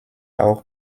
auch